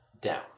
down